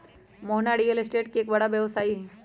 Mohana real estate के एक बड़ा व्यवसायी हई